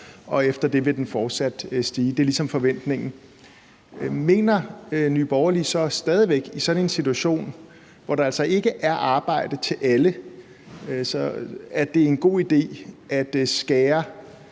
og efter det vil den fortsat stige – det er forventningen. Mit spørgsmål er så: Mener Nye Borgerlige så stadig væk i sådan en situation, hvor der altså ikke er arbejde til alle, at det er en god idé at skære